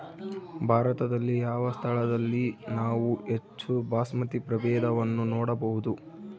ಭಾರತದಲ್ಲಿ ಯಾವ ಸ್ಥಳದಲ್ಲಿ ನಾವು ಹೆಚ್ಚು ಬಾಸ್ಮತಿ ಪ್ರಭೇದವನ್ನು ನೋಡಬಹುದು?